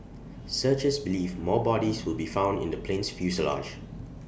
searchers believe more bodies will be found in the plane's fuselage